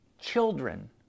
children